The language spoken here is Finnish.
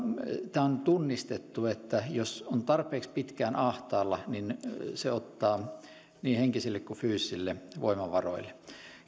tämä on tunnistettu että jos on tarpeeksi pitkään ahtaalla niin se ottaa niin henkisille kuin fyysisille voimavaroille